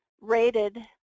rated